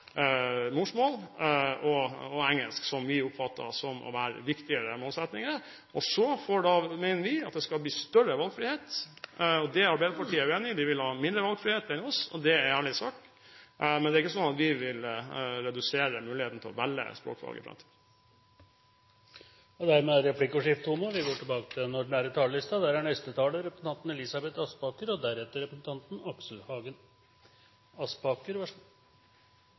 morsmål og engelsk, noe som vi oppfatter som viktigere målsettinger. Så mener vi at det skal bli større valgfrihet. Det er Arbeiderpartiet uenig i. De vil ha mindre valgfrihet enn oss – det er en ærlig sak. Men det er ikke sånn at vi vil redusere muligheten til å velge språkfag i framtiden. Dermed er replikkordskiftet omme. Takk til saksordføreren, som loset arbeidet med meldingen i havn på en god måte, med den smule tidspress vi hadde før jul. Det er